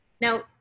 Now